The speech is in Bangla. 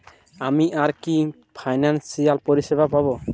আমি আর কি কি ফিনান্সসিয়াল পরিষেবা পাব?